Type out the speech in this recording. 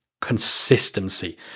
Consistency